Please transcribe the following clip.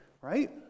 right